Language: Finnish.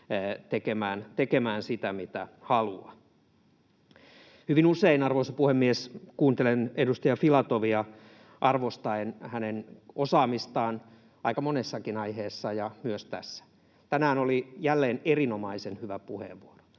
tekemään sitä, mitä haluaa. Hyvin usein, arvoisa puhemies, kuuntelen edustaja Filatovia arvostaen hänen osaamistaan aika monessakin aiheessa — ja myös tässä. Tänään oli jälleen erinomaisen hyvä puheenvuoro